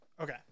Okay